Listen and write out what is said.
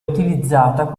utilizzata